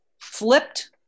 flipped